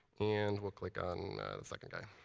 and we'll click on the second guy.